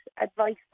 advice